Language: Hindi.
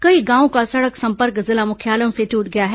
कई गांवों का सड़क संपर्क जिला मुख्यालयों से टूट गया है